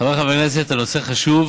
חבריי חברי הכנסת, הנושא חשוב.